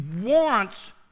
wants